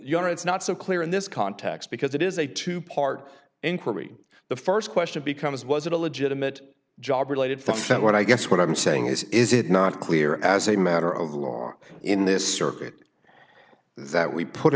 your it's not so clear in this context because it is a two part inquiry the st question becomes was it a legitimate job related to the fed what i guess what i'm saying is is it not clear as a matter of law in this circuit that we put